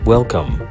Welcome